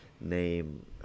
name